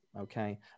okay